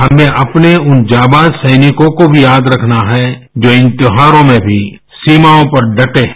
हमें अपने उन जाबाज सैनिकों को भी याद रखना है जो इन त्यौहारों में भी सीमाओं पर डटे हैं